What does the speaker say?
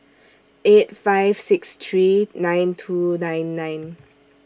eight five six three nine two nine nine